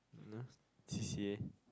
enough C_C_A